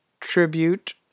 Tribute